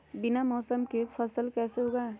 बिना मौसम के फसल कैसे उगाएं?